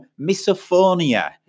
misophonia